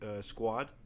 squad